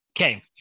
Okay